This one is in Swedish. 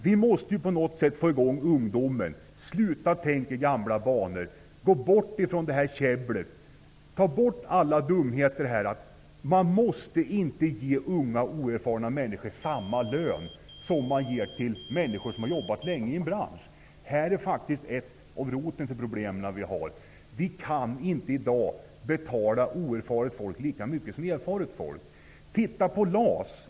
Vi måste på något sätt få i gång ungdomarna. Sluta tänk i gamla banor, och kom bort från käbblet. Ta bort alla dumma idéer. Man måste inte ge unga oerfarna människor samma löner som man ger till människor som har jobbat länge i en bransch. Detta är roten till ett av våra problem. Det går inte att i dag betala oerfaret folk lika mycket som erfaret folk. Titta på LAS.